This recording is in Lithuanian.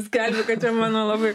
skelbiu kad čia mano labai